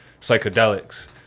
psychedelics